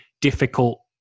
difficult